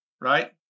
Right